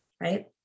right